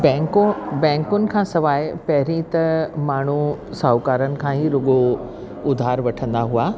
बैंकूं बैंकुन खां सवाइ पहिरियों त माण्हू साहूकारनि खां ई रुगो उधार वठंदा हुआ